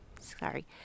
Sorry